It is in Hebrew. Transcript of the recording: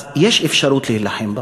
אז יש אפשרות להילחם בה